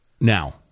Now